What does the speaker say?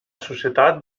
societat